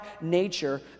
nature